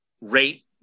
rate